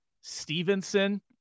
Stevenson